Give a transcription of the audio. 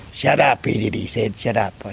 shut up, idiot he said, shut up.